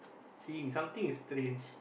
seeing something is strange